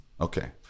Okay